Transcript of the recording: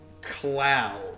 cloud